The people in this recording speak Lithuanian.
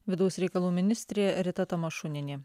vidaus reikalų ministrė rita tamašunienė